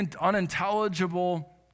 unintelligible